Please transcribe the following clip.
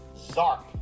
Zark